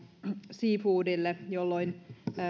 seafoodille jolloin